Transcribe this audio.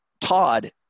Todd